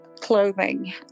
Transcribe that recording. clothing